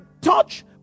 touch